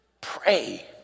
pray